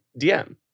DM